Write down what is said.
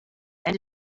and